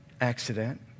accident